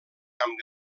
amb